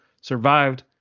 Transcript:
survived